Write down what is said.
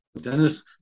Dennis